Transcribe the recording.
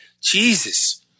Jesus